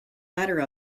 ladder